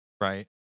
Right